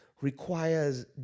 requires